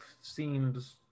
seems